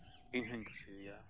ᱤᱧᱦᱚᱧ ᱠᱩᱥᱤᱭᱟᱭᱟ